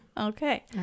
Okay